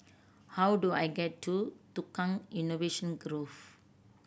how do I get to Tukang Innovation Grove